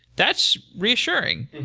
that's reassuring.